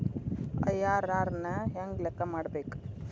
IRR ನ ಹೆಂಗ ಲೆಕ್ಕ ಮಾಡಬೇಕ?